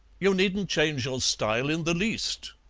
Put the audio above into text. you needn't change your style in the least,